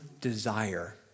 desire